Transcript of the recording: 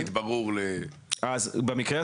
או עיקר מקום מגוריו.